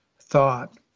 thought